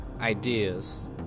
ideas